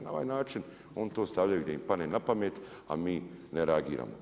Na ovaj način oni to stavljaju gdje im padne na pamet, a mi ne reagiramo.